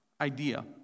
idea